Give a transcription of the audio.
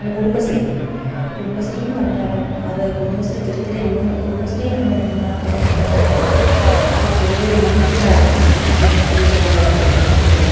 അല്ല കുടുംബശ്രീ കുടുംബശ്രീയെന്ന് പറഞ്ഞാല് അത് കുടുംബശ്രീ ചെറിയ ചെറിയ കുടുംബശ്രീ എന്ന് പറഞ്ഞാല് ഒരു സംരംഭം അത് ചെറിയ ചെറിയ യൂണിറ്റുകളായിട്ടാണ് ഈ കുടുംബശ്രീകള് നടത്തുന്നത്